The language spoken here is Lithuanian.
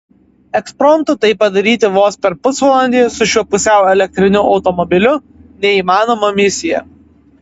ekspromtu tai padaryti vos per pusvalandį su šiuo pusiau elektriniu automobiliu neįmanoma misija